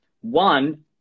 One